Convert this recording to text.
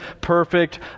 perfect